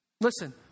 Listen